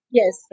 yes